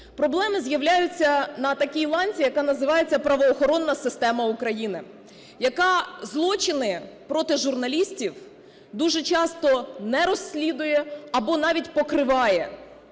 Проблеми з'являються на такій ланці, яка називається правоохоронна система України, яка злочини проти журналістів дуже часто не розслідує або навіть покриває,